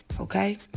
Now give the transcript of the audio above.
Okay